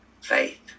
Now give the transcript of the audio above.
Faith